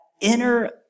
inner